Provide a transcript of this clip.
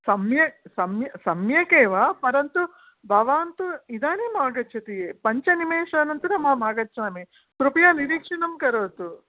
सम्यक् सम्य सम्यक् एव परन्तु भवान् तु इदानीम् आगच्छति पञ्चनिमेषानन्तरम् अहम् आगच्छामि कृपया निरीक्षणं करोतु